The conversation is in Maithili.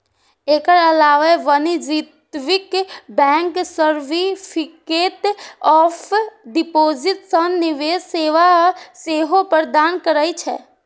एकर अलावे वाणिज्यिक बैंक सर्टिफिकेट ऑफ डिपोजिट सन निवेश सेवा सेहो प्रदान करै छै